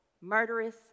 murderous